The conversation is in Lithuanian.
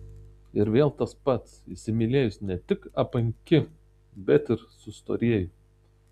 ir vėl tas pats įsimylėjus ne tik apanki bet ir sustorėji